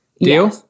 deal